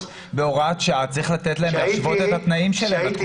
בהוראת שעה צריך לתת להם להשוות את התנאים שלהם לתקופה הזאת.